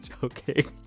Joking